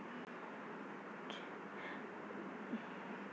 छागर आ खस्सीक मासु प्रोटीन केर नीक साधंश बुझल जाइ छै